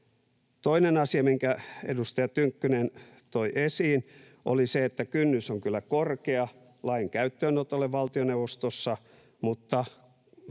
Toinen asia, minkä edustaja Tynkkynen toi esiin, oli se, että kynnys on kyllä korkea lain käyttöönotolle valtioneuvostossa mutta että